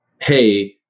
hey